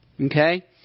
Okay